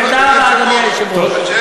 תודה רבה, אדוני היושב-ראש.